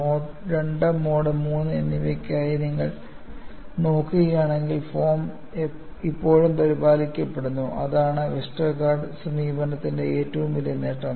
mode II mode III എന്നിവയ്ക്കായി നിങ്ങൾ നോക്കുകയാണെങ്കിൽ ഫോം ഇപ്പോഴും പരിപാലിക്കപ്പെടുന്നു അതാണ് വെസ്റ്റർഗാർഡിന്റെ സമീപനത്തിന്റെ ഏറ്റവും വലിയ നേട്ടം